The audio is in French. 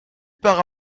part